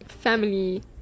family